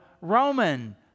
Roman